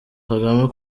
kagame